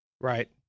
Right